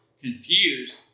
confused